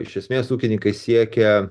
iš esmės ūkininkai siekia